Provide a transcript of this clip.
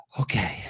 okay